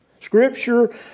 Scripture